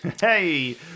Hey